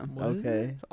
Okay